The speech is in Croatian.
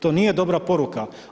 To nije dobra poruka.